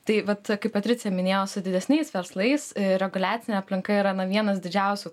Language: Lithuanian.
tai vat kaip patricija minėjo su didesniais verslais ir reguliacinė aplinka yra nu vienas didžiausių